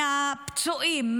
מהפצועים,